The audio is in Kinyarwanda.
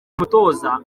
umutoza